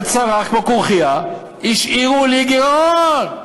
וצרח כמו כרוכיה: השאירו לי גירעון,